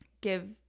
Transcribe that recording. give